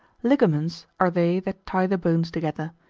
ligaments are they that tie the bones together,